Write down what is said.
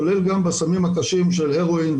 כולל גם בסמים הקשים של הרואין,